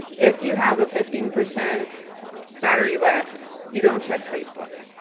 if you have a fifteen percent battery left you don't check facebook.